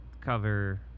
cover